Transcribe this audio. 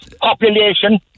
Population